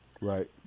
Right